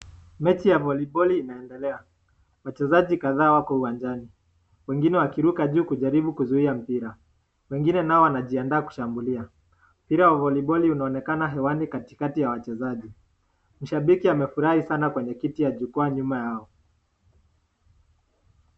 Mechi ya voliboli inaendelea. Wachezaji kadhaa wako uwanjani. Wengine wakiruka juu kijaribu kuzuia mpira . Wengine nao wanajiandaa kushambulia. Mpira wa voliboli inaonekana hewani katikati ya wachezaji. Shabiki amefurahi sana kwenye kiti ya jukwaa nyuma Yao.